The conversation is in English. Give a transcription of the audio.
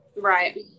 Right